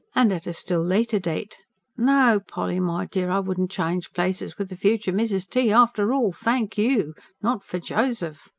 and at a still later date no, polly, my dear, i wouldn't change places with the future mrs. t. after all, thank you not for joseph!